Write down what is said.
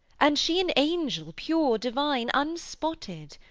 and she an angel, pure, divine, unspotted